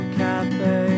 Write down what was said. cafe